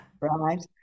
right